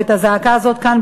והזעקה הזאת כאן,